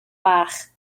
fach